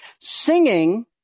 singing